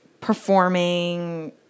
performing